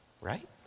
right